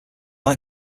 like